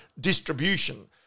distribution